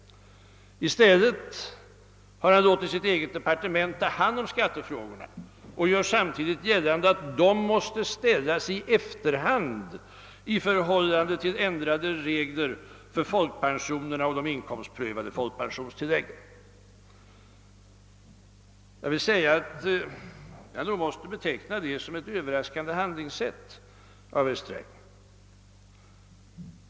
I stället har han låtit sitt eget departement ta hand om skattefrågorna och gör samtidigt gällande att dessa måste sättas i efterhand i förhållande till ändrade regler för folkpensionerna och de inkomstprövade folkpensionstilläggen. Jag måste beteckna detta som ett överraskande handlingssätt av herr Sträng.